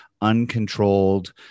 uncontrolled